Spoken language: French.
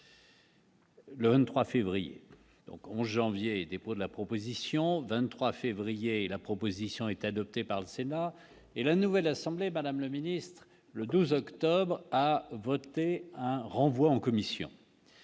Le 23 février donc on en janvier : dépôt de la proposition 23 février la proposition est adoptée par le Sénat et la nouvelle assemblée, Madame le Ministre, le 12 octobre à voté un renvoi en commission.